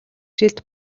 жилд